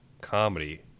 comedy